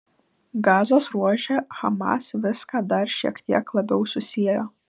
gazos ruože hamas viską dar šiek tiek labiau susiejo